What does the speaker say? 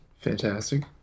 Fantastic